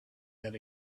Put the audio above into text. that